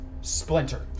splinter